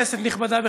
כנסת נכבדה,